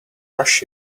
rush